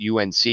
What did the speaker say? UNC